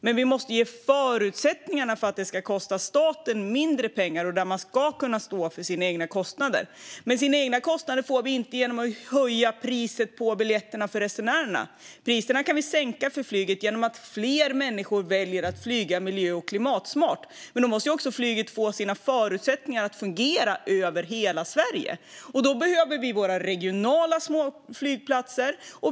Men vi måste ge förutsättningarna för att man ska kunna stå för sina egna kostnader och därmed kosta staten mindre pengar. De förutsättningarna får vi inte genom att höja biljettpriserna för resenärerna. Priserna kan vi sänka för flyget genom att fler människor väljer att flyga miljö och klimatsmart. Men då måste flyget också få förutsättningar att fungera över hela Sverige. Då behöver vi våra regionala småflygplatser.